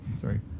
Sorry